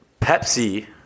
Pepsi